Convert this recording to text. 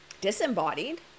disembodied